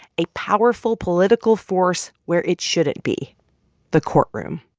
a powerful political force where it shouldn't be the courtroom.